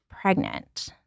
pregnant